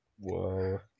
Whoa